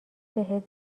بهت